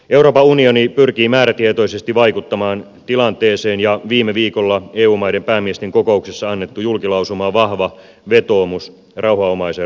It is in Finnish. euroopan unioni pyrkii määrätietoisesti vaikuttamaan tilanteeseen ja viime viikolla eu maiden päämiesten kokouksessa annettu julkilausuma on vahva vetoomus rauhanomaisen ratkaisun puolesta